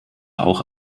auch